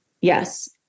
Yes